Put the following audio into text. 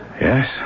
Yes